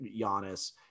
Giannis